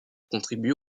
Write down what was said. contribue